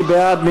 מי בעד?